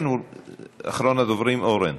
אחרון הדוברים, אורן.